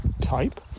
type